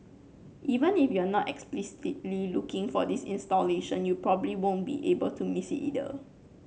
even if you are not explicitly looking for this installation you probably won't be able to miss it either